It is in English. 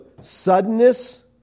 suddenness